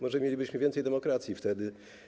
Może mielibyśmy więcej demokracji wtedy.